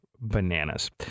bananas